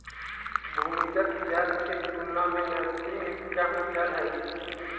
भूमिगत जल के तुलना में नदी में कम जल हई